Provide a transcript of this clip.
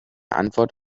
antwort